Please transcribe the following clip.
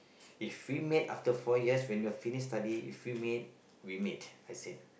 if we meet after four years when you're finish study if we meet we meet I said